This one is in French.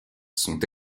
sont